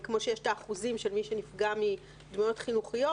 כמו שיש את האחוזים של מי שנפגע מדמויות חינוכיות